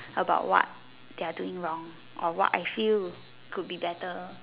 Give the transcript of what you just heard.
about what they're doing wrong or what I feel could be better